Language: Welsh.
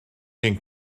ein